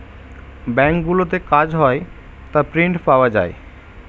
ব্যাঙ্কগুলোতে কাজ হয় তার প্রিন্ট পাওয়া যায়